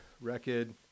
record